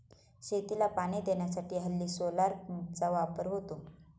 शेतीला पाणी देण्यासाठी हल्ली सोलार पंपचा वापर होतो